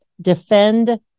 defend